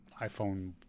iPhone